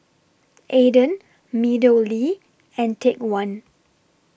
Aden Meadowlea and Take one